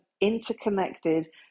interconnected